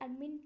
admin